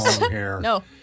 No